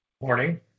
Morning